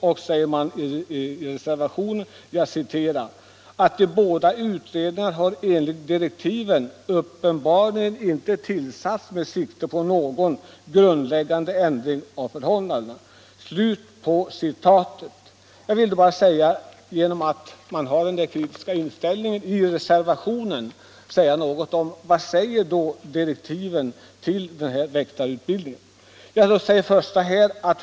I reservationen framhålls: ”De båda utredningarna har enligt direktiven uppenbarligen inte tillsatts med sikte på någon grundläggande ändring av förhållandena.” Med anledning av den kritiska inställningen i reservationen vill jag redogöra något för direktiven till utredningen om väktarutbildning.